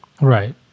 Right